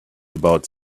about